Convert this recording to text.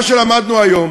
מה שלמדנו היום